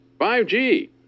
5G